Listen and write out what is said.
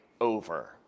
over